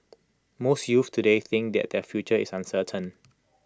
most youths today think that their future is uncertain